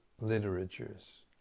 literatures